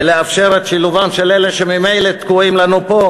ולאפשר את שילובם של אלה שממילא תקועים לנו פה?